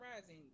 rising